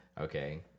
Okay